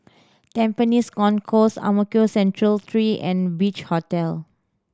Tampines Concourse Ang Mo Kio Central Three and Beach Hotel